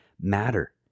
matter